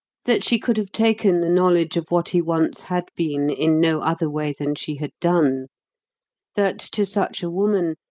that she could have taken the knowledge of what he once had been in no other way than she had done that to such a woman,